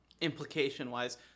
implication-wise